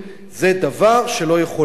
זה דבר שלא יכול לעמוד.